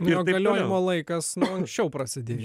jo galiojimo laikas nuo anksčiau prasidėjo